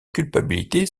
culpabilité